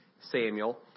Samuel